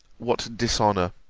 what dishonour.